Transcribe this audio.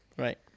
Right